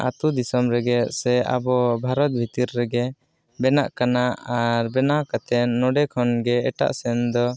ᱟᱹᱛᱩ ᱫᱤᱥᱚᱢᱨᱮᱜᱮ ᱥᱮ ᱟᱵᱚ ᱵᱷᱟᱨᱚᱛ ᱵᱷᱤᱛᱤᱨ ᱨᱮᱜᱮ ᱵᱮᱱᱟᱜ ᱠᱟᱱᱟ ᱟᱨ ᱵᱮᱱᱟᱣ ᱠᱟᱛᱮᱱ ᱱᱚᱸᱰᱮ ᱠᱷᱚᱱᱜᱮ ᱮᱴᱟᱜ ᱥᱮᱱ ᱫᱚ